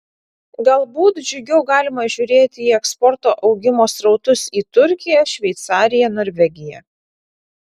galbūt džiugiau galima žiūrėti į eksporto augimo srautus į turkiją šveicariją norvegiją